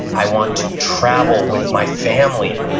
i want to travel with my family,